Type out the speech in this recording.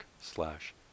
slash